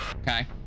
Okay